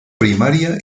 primaria